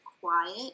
quiet